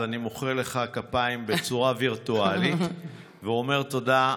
אז אני מוחא לך כפיים בצורה וירטואלית ואומר תודה.